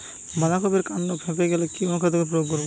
বাঁধা কপির কান্ড ফেঁপে গেলে কি অনুখাদ্য প্রয়োগ করব?